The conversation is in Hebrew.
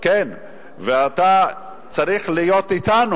אתה צריך להיות אתנו.